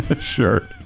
Sure